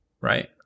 right